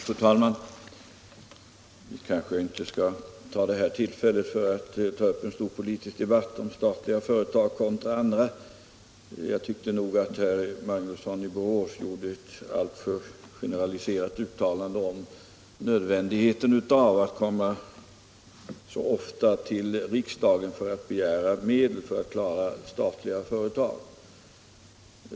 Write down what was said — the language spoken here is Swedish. Fru talman! Vi kanske inte här skall ta upp en stor politisk debatt om statliga företag kontra andra. Jag tyckte emellertid att herr Magnusson i Borås gjorde ett alltför generaliserat uttalande om nödvändigheten av att så ofta komma till riksdagen och begära medel för att klara de statliga företagens drift.